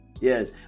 Yes